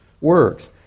works